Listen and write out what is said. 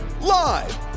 Live